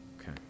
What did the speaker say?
okay